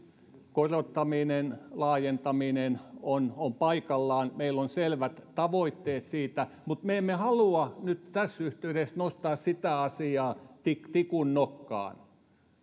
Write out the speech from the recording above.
korottaminen laajentaminen on on paikallaan meillä on selvät tavoitteet siitä mutta me emme halua nyt tässä yhteydessä nostaa sitä asiaa tikun tikun nokkaan